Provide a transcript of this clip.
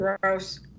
Gross